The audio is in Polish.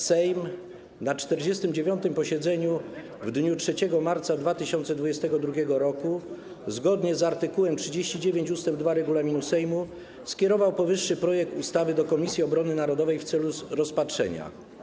Sejm na 49. posiedzeniu w dniu 3 marca 2022 r., zgodnie z art. 39 ust. 2 regulaminu Sejmu, skierował powyższy projekt ustawy do Komisji Obrony Narodowej w celu rozpatrzenia.